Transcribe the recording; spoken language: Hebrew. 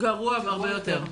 גרוע הרבה יותר.